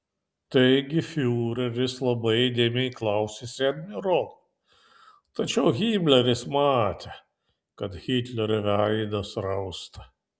taigi fiureris labai įdėmiai klausėsi admirolo tačiau himleris matė kad hitlerio veidas rausta